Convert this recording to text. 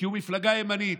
כי הוא מפלגה ימנית,